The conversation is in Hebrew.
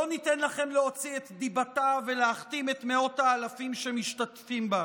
לא ניתן לכם להוציא את דיבתה ולהכתים את מאות האלפים שמשתתפים בה.